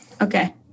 Okay